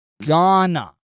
Ghana